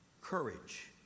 courage